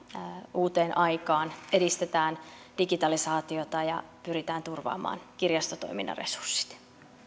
uuteen aikaan edistetään digitalisaatiota ja pyritään turvaamaan kirjastotoiminnan resurssit